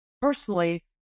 personally